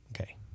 Okay